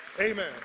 Amen